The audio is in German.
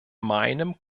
meinem